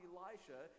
Elisha